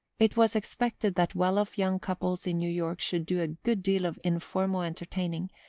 it was expected that well-off young couples in new york should do a good deal of informal entertaining,